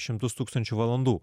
šimtus tūkstančių valandų